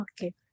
Okay